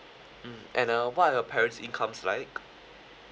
mm and uh what are your parents' incomes like